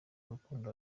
urukundo